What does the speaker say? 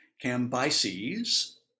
Cambyses